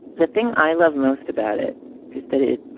the thing i love most about it is that it,